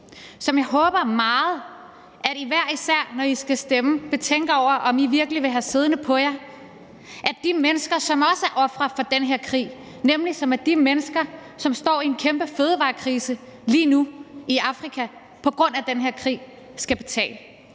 Og jeg håber meget, at I hver især, når I skal stemme, vil tænke over, om I virkelig vil have siddende på jer, at de mennesker, som også er ofre for den her krig – nemlig de mennesker, som står i en kæmpe fødevarekrise lige nu i Afrika på grund af den her krig – skal betale.